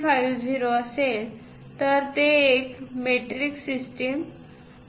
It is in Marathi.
50 असेल तर हे एक मेट्रिक सिस्टम आहे